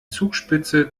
zugspitze